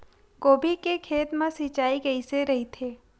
गोभी के खेत मा सिंचाई कइसे रहिथे?